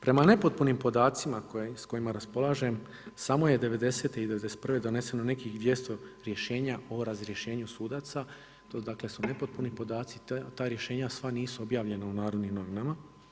Prema nepotpunim podacima s kojima raspolažem, samo je '90. i '91. doneseno nekih 200 rješenja o razrješenju sudaca, to dakle su nepotpuni podaci, ta rješenja sva nisu objavljena u Narodnim novinama.